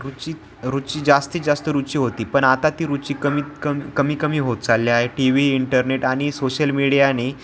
रुची रुची जास्तीत जास्त रुची होती पण आता ती रुची कमीत कमी कमी कमी होत चालल्या आहे टी व्ही इंटरनेट आणि सोशल मीडियाने